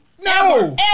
No